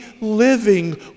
living